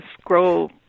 scroll